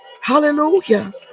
hallelujah